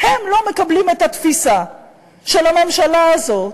הם לא מקבלים את התפיסה של הממשלה הזו,